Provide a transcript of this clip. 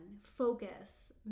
focus